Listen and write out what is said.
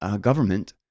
government